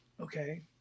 Okay